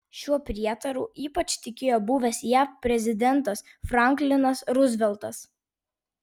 šiuo prietaru ypač tikėjo buvęs jav prezidentas franklinas ruzveltas